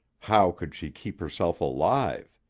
how could she keep herself alive?